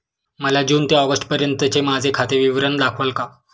मला जून ते ऑगस्टपर्यंतचे माझे खाते विवरण दाखवाल का?